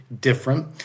different